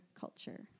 culture